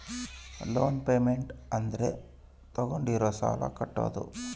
loan payment ಅಂದ್ರ ತಾಗೊಂಡಿರೋ ಸಾಲ ಕಟ್ಟೋದು